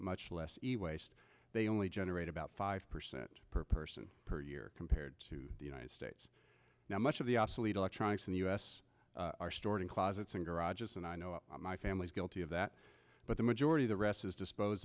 much less waste they only generate about five percent per person per year compared to the united states now much of the obsolete electronics in the u s are stored in closets and garages and i know my family's guilty of that but the majority the rest is dispose